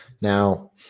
Now